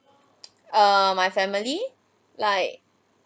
err my family like